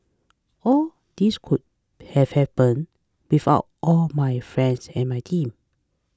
all this would have happened without all my friends and my team